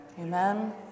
Amen